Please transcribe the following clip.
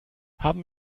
haben